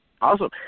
Awesome